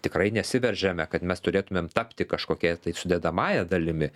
tikrai nesiveržiame kad mes turėtumėm tapti kažkokia tai sudedamąja dalimi